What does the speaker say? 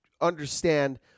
understand